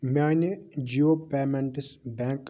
میانہِ Jio payments bank